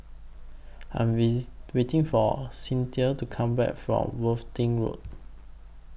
I Am with waiting For Cynthia to Come Back from Worthing Road